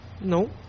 no